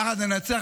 יחד ננצח,